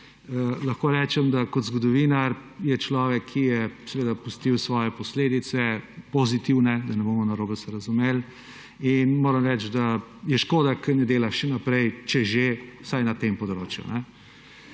Lahko rečem, da kot zgodovinar je človek, ki je seveda pustil svoje posledice, pozitivne, da ne bomo narobe se razumeli, in moram reči, da je škoda, ker ne dela še naprej, če že, vsaj na tem področju.